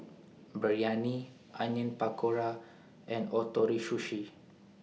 Biryani Onion Pakora and Ootoro Sushi